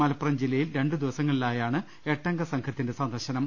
മലപ്പുറം ജില്ലയിൽ രണ്ടു ദിവസങ്ങളിലായാണ് എട്ടംഗ സംഘ ത്തിന്റെ സന്ദർശനം